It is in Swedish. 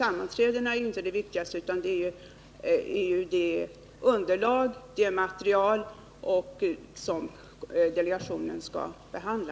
Sammanträdena är inte det viktigaste, utan det är det material som delegationen skall behandla.